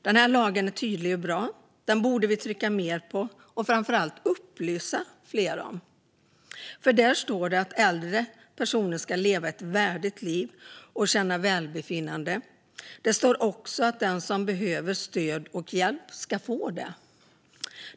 Denna lag är tydlig och bra, och den borde vi trycka mer på och framför allt upplysa fler om. Här står det att äldre personer ska få leva ett värdigt liv och känna välbefinnande. Det står också att den som behöver stöd och hjälp ska få det.